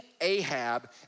Ahab